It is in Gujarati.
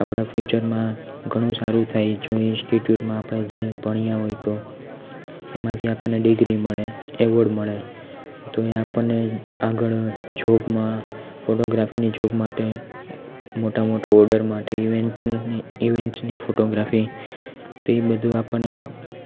આપણા ફ્યૂચરમાં ઘણું સારું થાય જો ઈન્સ્ટિટ્યૂટમાં આપણે જે ભણ્યા હોય તો એમાંથી આપણને ડિગ્રી મળે એવોર્ડ મળે તો એ આપણને આગળ જોબમાં ફોટોગ્રાફીની જોબ માટે મોટા મોટા ઓડર માટે ઇવેંટની ઇવેન્ટ્સની ફોટોગ્રાફી તો એ બધુંય આપણને